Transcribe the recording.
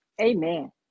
Amen